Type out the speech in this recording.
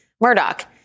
Murdoch